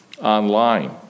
online